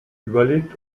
überlegt